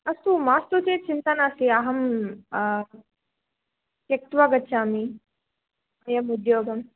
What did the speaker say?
अस्तु मास्तु चेत् चिन्ता नास्ति अहं त्यक्त्वा गच्छामि अयमुद्योगं